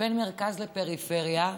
בין מרכז לפריפריה,